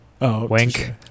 Wink